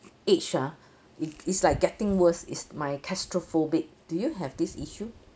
age ah it's like getting worse is my claustrophobic do you have this issue